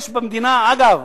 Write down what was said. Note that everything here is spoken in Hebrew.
אגב,